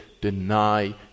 Deny